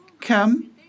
come